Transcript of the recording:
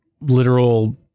literal